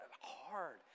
hard